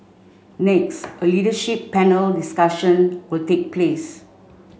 next a leadership panel discussion will take place